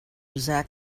zach